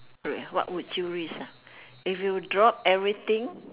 wait what would you risk ah if you drop everything